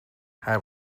hij